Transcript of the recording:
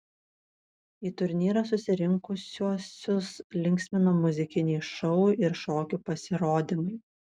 į turnyrą susirinkusiuosius linksmino muzikiniai šou ir šokių pasirodymai